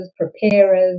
preparers